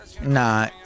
Nah